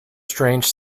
strange